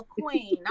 queen